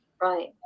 right